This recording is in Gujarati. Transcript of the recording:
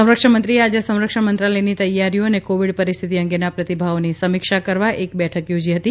સંરક્ષણમંત્રીએ આજે સંરક્ષણ મંત્રાલયની તૈયારીઓ અને કોવીડ પરિસ્થિતિ અંગેના પ્રતિભાવોની સમીક્ષા કરવા એક બેઠક યોજી હતી